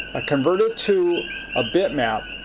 i convert it to a bitmap.